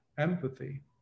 Empathy